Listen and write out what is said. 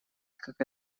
как